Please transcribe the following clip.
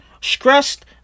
stressed